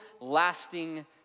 lasting